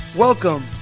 Welcome